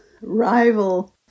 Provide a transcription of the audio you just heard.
rival